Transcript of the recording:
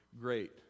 Great